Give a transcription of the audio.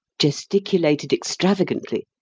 gesticulated extravagantly,